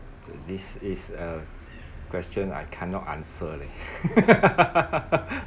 this is a question I cannot answer leh